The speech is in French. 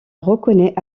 reconnais